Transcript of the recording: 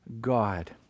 God